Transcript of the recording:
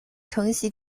承袭